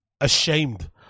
ashamed